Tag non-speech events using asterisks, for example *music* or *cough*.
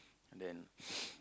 and then *noise*